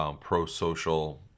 pro-social